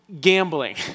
gambling